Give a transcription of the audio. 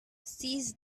sees